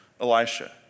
Elisha